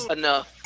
enough